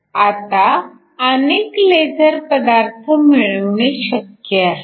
आता अनेक लेझर पदार्थ मिळवणे शक्य आहे